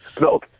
No